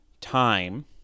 time